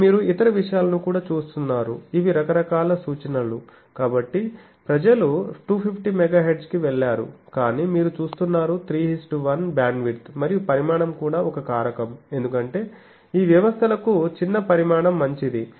ఇప్పుడు మీరు ఇతర విషయాలను కూడా చూస్తున్నారు ఇవి రకరకాల సూచనలు కాబట్టి ప్రజలు 250 MHz కి వెళ్ళారు కాని మీరు చూస్తున్నారు 3 1 బ్యాండ్విడ్త్ మరియు పరిమాణం కూడా ఒక కారకం ఎందుకంటే ఈ వ్యవస్థలకు చిన్న పరిమాణం మంచిది